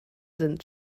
sind